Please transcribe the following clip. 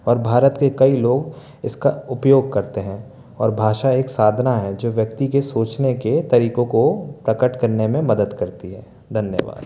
और भारत के कई लोग इसका उपयोग करते हैं और भाषा एक साधना है जो व्यक्ति के सोचने के तरीकों को प्रकट करने में मदद करती है धन्यवाद